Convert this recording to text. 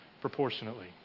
proportionately